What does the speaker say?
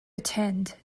attend